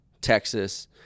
Texas